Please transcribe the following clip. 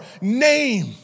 name